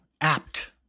apt